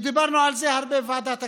ודיברנו על זה הרבה בוועדת הכספים,